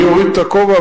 אני אוריד את הכובע,